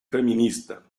feminista